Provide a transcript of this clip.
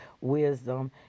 wisdom